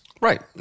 Right